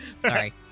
Sorry